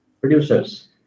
producers